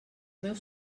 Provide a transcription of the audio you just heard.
meus